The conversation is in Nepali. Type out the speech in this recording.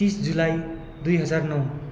तिस जुलाई दुई हजार नौ